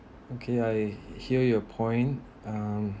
okay I hear your point um